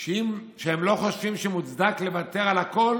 שהם לא חושבים שמוצדק לוותר על הכול